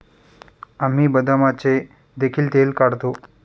आम्ही बदामाचे देखील तेल काढतो